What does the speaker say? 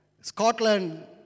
Scotland